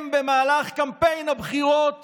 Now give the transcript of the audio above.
במהלך קמפיין הבחירות